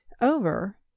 over